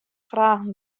fragen